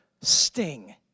sting